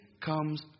comes